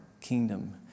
kingdom